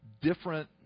different